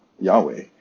Yahweh